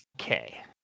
Okay